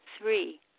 Three